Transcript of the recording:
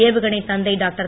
ஏவுகணை தந்தை டாக்டர்